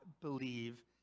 believe